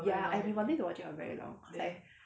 ya I have been wanting to watch it for very long cause I